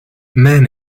man